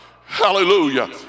hallelujah